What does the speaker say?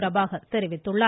பிரபாகர் தெரிவித்துள்ளார்